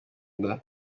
batwite